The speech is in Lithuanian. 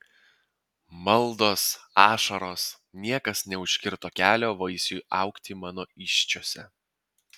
maldos ašaros niekas neužkirto kelio vaisiui augti mano įsčiose